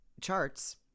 charts